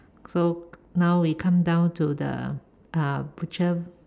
so now we come down to the uh butcher